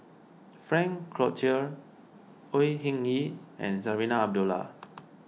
Frank Cloutier Au Hing Yee and Zarinah Abdullah